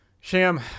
Sham